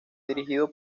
dirigido